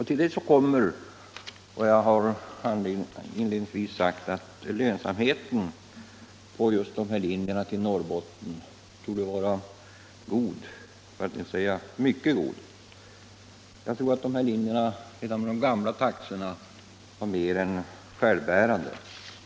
Till detta kommer det förhållande som jag redan inledningsvis berörde, nämligen att lönsamheten på linjerna till Norrbotten torde vara god, för att inte säga mycket god. Jag tror att dessa linjer redan med de gamla taxorna var mer än självbärande.